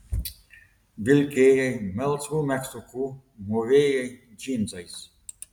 vilkėjai melsvu megztuku mūvėjai džinsais